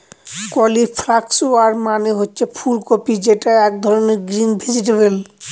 cauliflower মানে হচ্ছে ফুল কপি যেটা এক ধরনের গ্রিন ভেজিটেবল